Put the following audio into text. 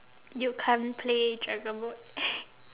you can't play dragon boat